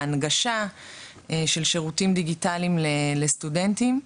ההנגשה של שירותים דיגיטליים לסטודנטים,